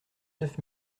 neuf